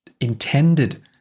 intended